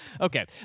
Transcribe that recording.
Okay